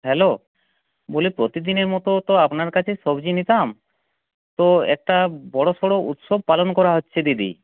hello বলি প্রতিদিনের মতো তো আপনার কাছে সবজি নিতাম তো একটা বড়সড় উৎসব পালন করা হচ্ছে দিদি